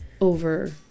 over